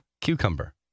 Cucumber